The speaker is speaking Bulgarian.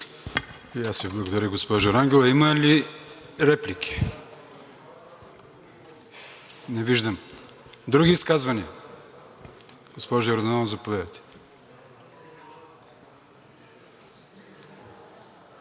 И аз Ви благодаря, госпожо Рангелова. Има ли реплики? Не виждам. Други изказвания? Госпожо Йорданова, заповядайте.